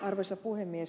arvoisa puhemies